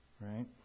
right